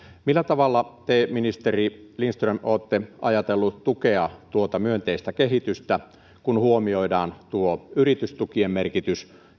millä tavalla te ministeri lindström olette ajatellut tukea tuota myönteistä kehitystä kun huomioidaan yritystukien merkitys